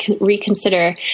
reconsider